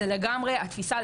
זו לגמרי התפיסה,